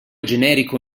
generico